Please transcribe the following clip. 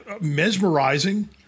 mesmerizing